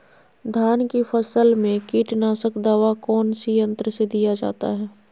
धान की फसल में कीटनाशक दवा कौन सी यंत्र से दिया जाता है?